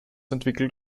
entwickelt